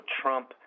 Trump